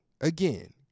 again